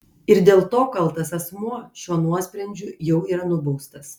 ir dėl to kaltas asmuo šiuo nuosprendžiu jau yra nubaustas